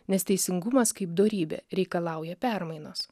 nes teisingumas kaip dorybė reikalauja permainos